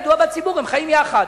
ידוע בציבור, הם חיים יחד.